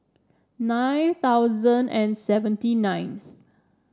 nine thousand and seventy ninth